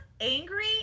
angry